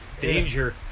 Danger